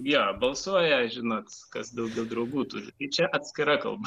jo balsuoja žinot kas daugiau draugų turi čia atskira kalba